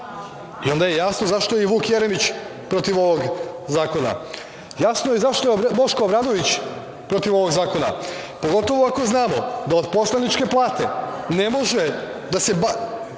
Onda je jasno zašto je i Vuk Jeremić protiv ovog zakona. Jasno je zašto je Boško Obradović protiv ovog zakona, pogotovo ako znamo da od poslaničke plate ne može da se